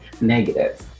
negative